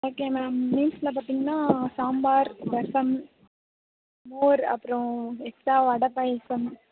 okay ma'am மீல்ஸில் பார்த்திங்னா சாம்பார் ரசம் மோர் அப்புறம் எக்ஸ்ட்ரா வடை பாயசம்